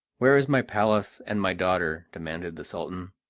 where is my palace and my daughter? demanded the sultan.